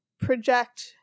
project